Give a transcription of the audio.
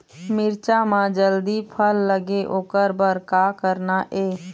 मिरचा म जल्दी फल लगे ओकर बर का करना ये?